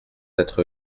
être